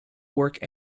work